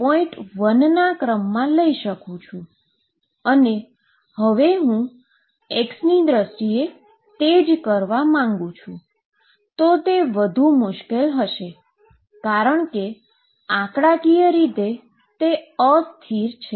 1 ના ક્રમમાં લઇ શકું છું અને હવે જો હુ x ની દ્રષ્ટિએ તે જ કરવા માંગુ છું તો તે વધુ મુશ્કેલ હશે કારણ કે આંકડાકીય રીતે તે અસ્થિર છે